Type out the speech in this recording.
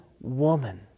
Woman